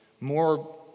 more